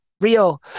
Real